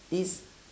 this